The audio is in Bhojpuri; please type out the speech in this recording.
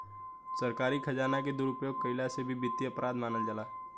सरकारी खजाना के दुरुपयोग कईला के भी वित्तीय अपराध मानल जाला